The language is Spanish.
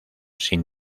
sin